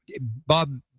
Bob